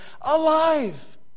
alive